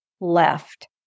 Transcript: left